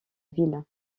ville